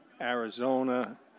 Arizona